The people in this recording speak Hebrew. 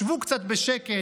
שבו קצת בשקט,